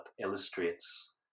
illustrates